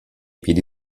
piedi